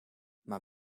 maar